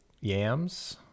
Yams